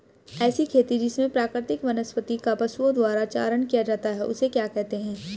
ऐसी खेती जिसमें प्राकृतिक वनस्पति का पशुओं द्वारा चारण किया जाता है उसे क्या कहते हैं?